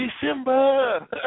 December